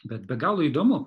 bet be galo įdomu